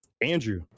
Andrew